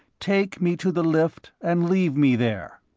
take me to the lift and leave me there.